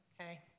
Okay